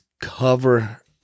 cover